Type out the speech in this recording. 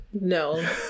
no